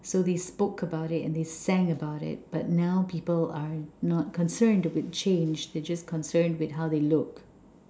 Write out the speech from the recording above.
so they spoke about it and they sang about it but now people aren't not concerned with change they're just concerned with how they look